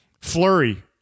Flurry